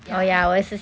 ya